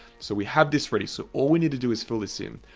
so we have this ready, so all we need to do is fill this in.